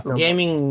gaming